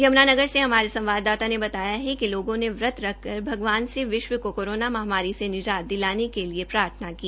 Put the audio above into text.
यम्नानगर से हमारे संवाददाता ने बताया कि लोगों ने व्रत रखकर भगवान से विश्व को कोरोना महामारी से निजात दिलाने के लिए प्रार्थना की